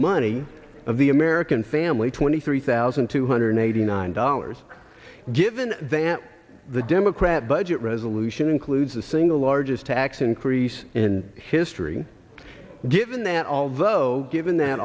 money of the american family twenty three thousand two hundred eighty nine dollars given that the democrat budget resolution includes the single largest tax increase in history given that although given that